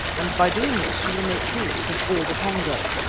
and by doing this you will make fools of all the pongo.